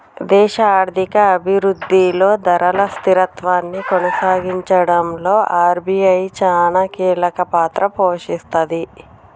దేశ ఆర్థిక అభిరుద్ధిలో ధరల స్థిరత్వాన్ని కొనసాగించడంలో ఆర్.బి.ఐ చానా కీలకపాత్ర పోషిస్తది